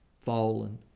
Fallen